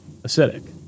acidic